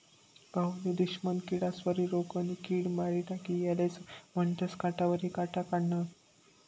भाऊनी दुश्मन किडास्वरी रोगनी किड मारी टाकी यालेज म्हनतंस काटावरी काटा काढनं